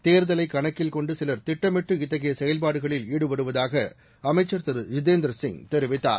தேர்தலை கணக்கில் கொண்டு சிலர் திட்டமிட்டு இத்தகைய செயல்பாடுகளில் ஈடுபடுவதாக அமைச்சர் திரு ஜிதேந்திர சிங் தெரிவித்தார்